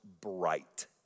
bright